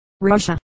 Russia